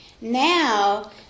now